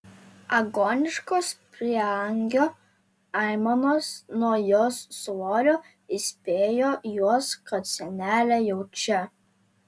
agoniškos prieangio aimanos nuo jos svorio įspėjo juos kad senelė jau čia